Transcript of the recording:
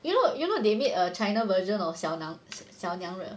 you know you know they made a China version of 小小娘惹